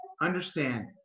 understand